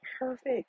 perfect